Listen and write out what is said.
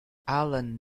allan